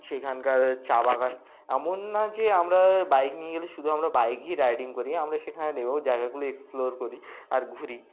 সেখানকার চা বাগান এমন না যে আমরা বাইক নিয়ে গেলে শুধু আমরা বাইকই রাইডিং করি আমরা সেখানে নেবেও জায়গাগুলো এক্সপ্লোর করি আর ঘুরি